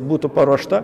būtų paruošta